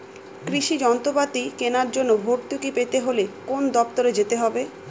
কৃষি যন্ত্রপাতি কেনার জন্য ভর্তুকি পেতে হলে কোন দপ্তরে যেতে হবে?